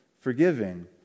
forgiving